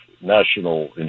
national